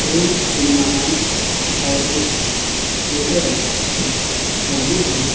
Prem cinema hall اور کچھ چھیتر ہیں موجود ہیں